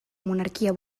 monarquia